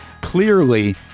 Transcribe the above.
Clearly